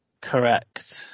Correct